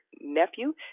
nephew